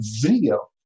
video